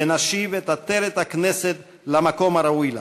ונשיב את עטרת הכנסת למקום הראוי לה.